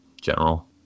general